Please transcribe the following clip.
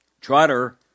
Trotter